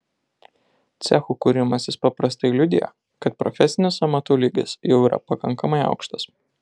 cechų kūrimasis paprastai liudija kad profesinis amatų lygis jau yra pakankamai aukštas